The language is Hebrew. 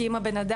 כי אם הבנאדם,